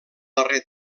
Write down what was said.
darrer